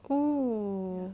oh